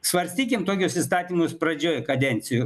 svarstykim tokius įstatymus pradžioj kadencijų